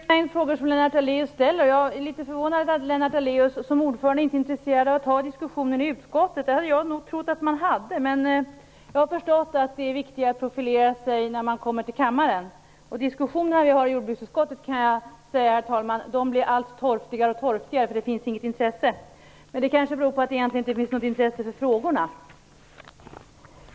Herr talman! Det är en mängd frågor som Lennart Daléus ställer, och jag är litet förvånad att Lennart Daléus som ordförande inte är intresserad av att ta diskussionen i utskottet. Det hade jag nog trott att man hade, men jag har förstått att det är viktigare att profilera sig när man kommer till kammaren. Diskussionerna vi har i jordbruksutskottet blir allt torftigare, herr talman, för det finns inget intresse. Men det kanske beror på att det egentligen inte finns något intresse för frågorna.